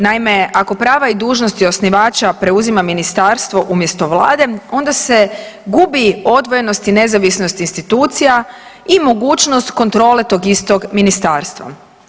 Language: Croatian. Naime, ako prava i dužnosti osnivača preuzima Ministarstvo umjesto Vlade, onda se gubi odvojenost i nezavisnost institucija i mogućnost kontrole tog istog Ministarstva.